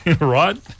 Right